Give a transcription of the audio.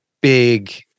big